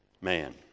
man